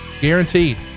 Guaranteed